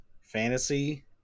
fantasy